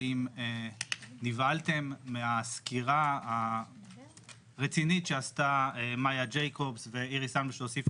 שאם נבהלתם מהסקירה הרצינית של מאיה יעקבס ואיריס האן ושהוסיפה